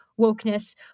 wokeness